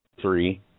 three